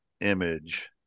image